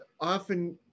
often